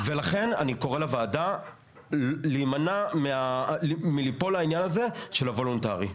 ולכן אני קורא לוועדה להימנע מליפול לעניין הזה של הוולונטרי.